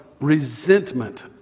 Resentment